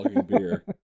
beer